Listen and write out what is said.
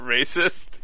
racist